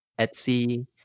Etsy